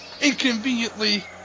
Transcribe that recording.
Inconveniently